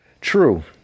True